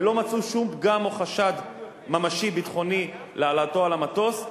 ולא מצאו שום פגם או חשד ממשי ביטחוני להעלותו על המטוס,